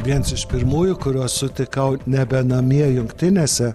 viens iš pirmųjų kuriuos sutikau nebe namie jungtinėse